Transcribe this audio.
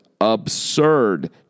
absurd